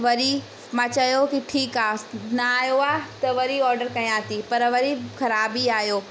वरी मां चयो की ठीकु आहे न आहियो आ त वरी ऑर्डर कयां थी पर वरी ख़राब ई आहियो